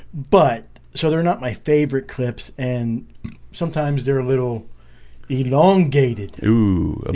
but so they're not my favorite clips and sometimes they're a little elongated, ooh